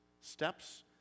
Steps